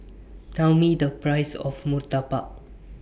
Tell Me The Price of Murtabak